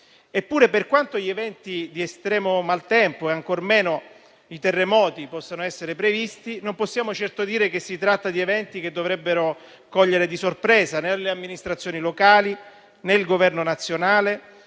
persone. Per quanto gli eventi di estremo maltempo, e ancor meno i terremoti, possano essere previsti, non possiamo certo dire che si tratta di eventi che dovrebbero cogliere di sorpresa né le amministrazioni locali né il Governo nazionale,